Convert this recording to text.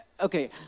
Okay